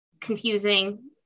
confusing